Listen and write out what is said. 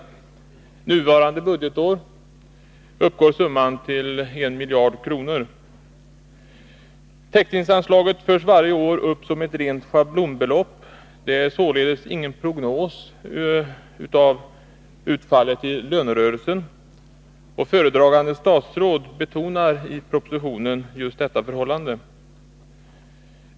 Nuvarande budgetår uppgår summan till en miljard kronor. Täckningsanslaget förs varje år upp som ett rent schablonbelopp. Det utgör således ingen prognos över utfallet i lönerörelsen. Föredragande statsråd betonar i propositionen just detta förhållande.